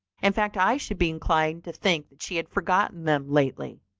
in fact i should be inclined to think that she had forgotten them lately.